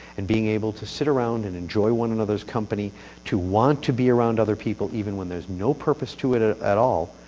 and being able to sit around and enjoy one another's company to want to be around other people even when there's no purpose to it ah at all,